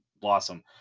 blossom